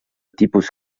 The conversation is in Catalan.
tipus